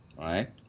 right